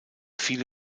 viele